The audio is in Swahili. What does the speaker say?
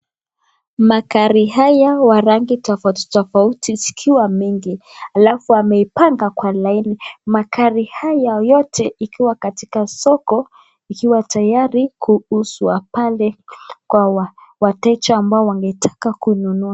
Magari haya wa rangi tofauti tofauti zikiwa mingi alafu ameipanga kwa laini. Magari haya yote ikiwa katika soko ikiwa tayari kuuzwa pale kwa wateja ambao wangetaka kununua.